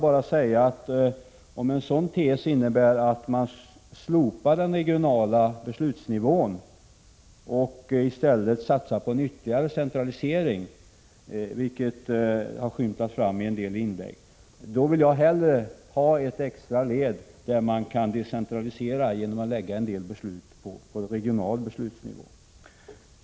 Men om en sådan tes innebär att man skall slopa den regionala nivån och i stället satsa på en ytterligare centralisering — vilket har skymtat fram i en del inlägg — då vill jag hellre ha ett extra led i beslutsprocessen, så att man kan decentralisera genom att lägga en del av beslutsfattandet på regional nivå.